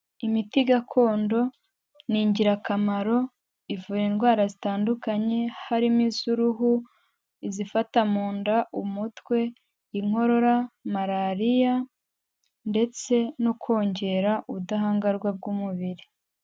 Imiti gakondo ni ingirakamaro ivura indwara zitandukanye harimo iz'uruhu, izifata mu nda, umutwe, inkorora, Malariya ndetse no kongera ubudahangarwa bw'umubiri.